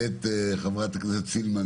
ואת חברת הכנסת סילמן,